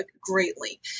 greatly